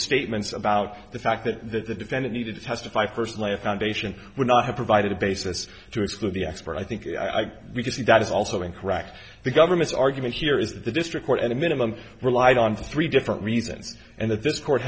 statements about the fact that the defendant needed to testify first lay a foundation we're not have provided a basis to exclude the expert i think we can see that is also incorrect the government's argument here is that the district court at a minimum relied on three different reasons and that this court